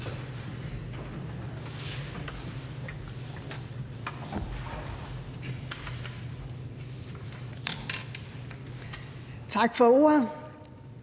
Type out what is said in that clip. Tak for ordet.